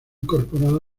incorporada